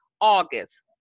August